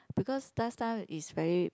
because last time is very